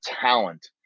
talent